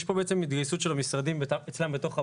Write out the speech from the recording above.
יש פה בעצם התגייסות של המשרדים אצלם בתוך הבית,